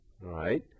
right